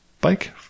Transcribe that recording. bike